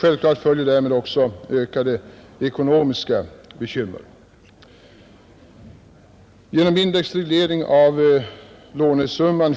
Självklart följer därmed också ökade ekonomiska bekymmer. Genom indexreglering av lånesumman